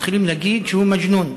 מתחילים להגיד שהוא מג'נון,